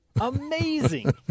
Amazing